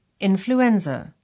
Influenza